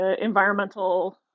environmental